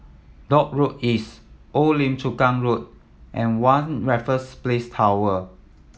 Dock Road East Old Lim Chu Kang Road and One Raffles Place Tower